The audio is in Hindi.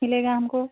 मिलेगा हमको